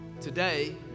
Today